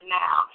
now